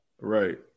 Right